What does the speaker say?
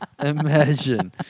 Imagine